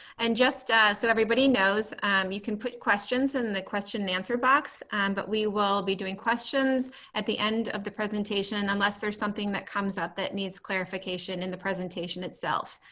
and just so everybody knows you can put questions in the question and answer box but we will be doing questions at the end of the presentation unless there is something that comes up that needs clarification in the presentation itself.